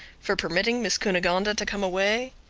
for permitting miss cunegonde to come away?